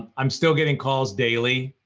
i'm still getting calls daily,